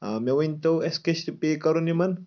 آ مےٚ ؤنۍ تو اَسہِ کیاہ چھِ پے کَرُن یِمَن